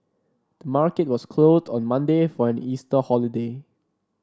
the market was closed on Monday for an Easter holiday